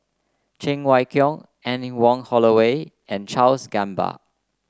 Cheng Wai Keung Anne Wong Holloway and Charles Gamba